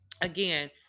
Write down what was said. Again